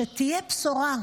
שתהיה בשורה.